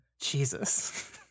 Jesus